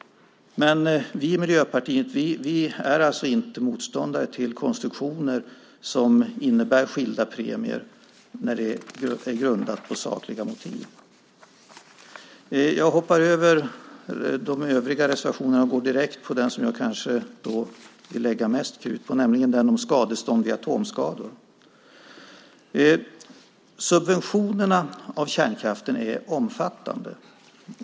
Men vi i Miljöpartiet är alltså inte motståndare till konstruktioner som innebär skilda premier när det är grundat på sakliga motiv. Jag hoppar över de övriga reservationerna och går direkt på den som jag vill lägga mest krut på, nämligen den om skadestånd vid atomskador. Subventionerna av kärnkraften är omfattande.